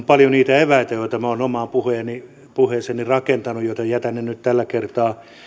paljon niitä eväitä joita minä olen omaan puheeseeni puheeseeni rakentanut joten jätän ne nyt tällä kertaa